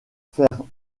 faire